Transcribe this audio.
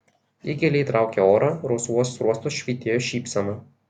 ji giliai traukė orą rausvuos skruostuos švytėjo šypsena